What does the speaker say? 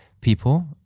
people